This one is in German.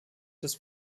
des